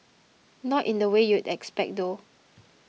not in the way you'd expect though